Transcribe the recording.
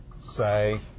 say